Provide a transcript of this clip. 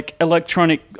electronic